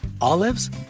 olives